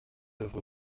oeuvre